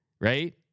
right